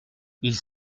ils